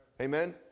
Amen